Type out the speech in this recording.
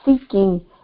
seeking